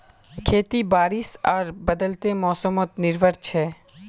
खेती बारिश आर बदलते मोसमोत निर्भर छे